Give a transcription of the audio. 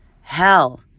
hell